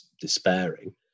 despairing